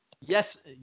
Yes